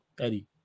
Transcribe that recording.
Eddie